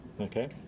Okay